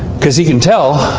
because he can tell.